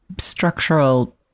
structural